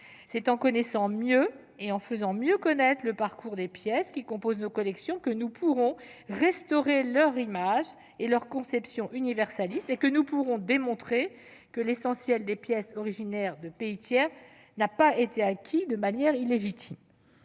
C'est en connaissant mieux et en faisant mieux connaître le parcours des pièces qui composent nos collections que nous pourrons restaurer leur image et leur conception universaliste. Nous pourrons également démontrer ainsi que l'essentiel des pièces originaires de pays tiers n'a pas été acquis de manière illégitime.